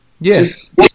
yes